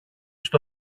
στο